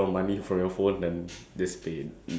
so you really have to use cash but you don't have